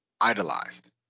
idolized